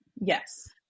yes